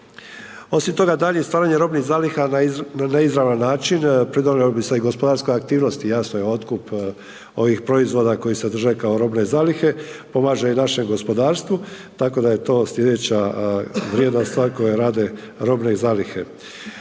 Osim toga daljnje stvaranje robnih zaliha na neizravan način predalo bi se i gospodarskoj aktivnosti, jasno, otkup ovih proizvoda koji se drže kao robne zalihe, pomaže i našem gospodarstvu, tako da je to slijedeća vrijedna koju rade robne zalihe.